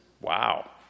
Wow